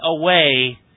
away